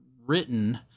written